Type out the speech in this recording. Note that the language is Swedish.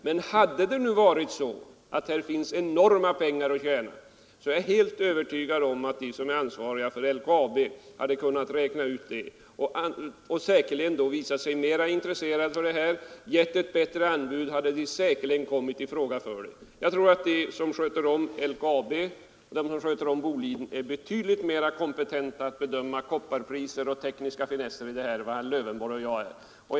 Men hade det nu här funnits enorma pengar att tjäna, så är jag helt övertygad om att de som är ansvariga för LKAB hade kunnat räkna ut det och då visat sig mera intresserade av det här, gett ett bättre anbud och säkerligen kommit i fråga för det. Jag tror att de som sköter om LKAB och de som sköter om Boliden är betydligt mera kompetenta att bedöma kopparpriser och tekniska finesser än vad herr Lövenborg och jag är.